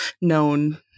known